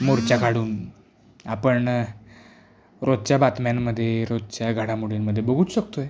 मुरच्या काढून आपण रोजच्या बातम्यांमध्ये रोजच्या घडामोडींमध्ये बघूच शकतोय